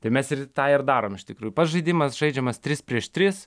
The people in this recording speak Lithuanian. tai mes ir tą ir darom iš tikrųjų pats žaidimas žaidžiamas tris prieš tris